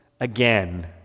again